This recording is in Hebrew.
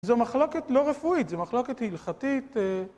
זו מחלוקת לא רפואית, זו מחלוקת הלכתית.